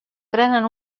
prenen